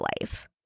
life